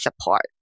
support